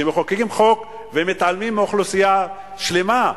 כשמחוקקים חוק ומתעלמים מאוכלוסייה שלמה,